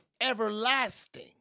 everlasting